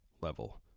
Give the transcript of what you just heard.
level